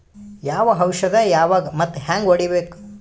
ಯಾವ ಔಷದ ಯಾವಾಗ ಮತ್ ಹ್ಯಾಂಗ್ ಹೊಡಿಬೇಕು?